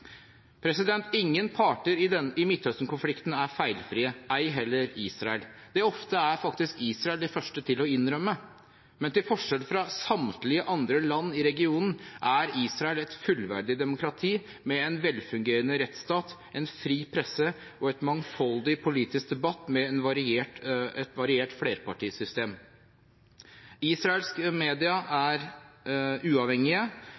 Ingen parter i Midtøsten-konflikten er feilfrie, ei heller Israel. Det er ofte faktisk Israel de første til å innrømme. Men til forskjell fra samtlige andre land i regionen er Israel et fullverdig demokrati med en velfungerende rettsstat, en fri presse, en mangfoldig politisk debatt og et variert flerpartisystem. Israelsk media er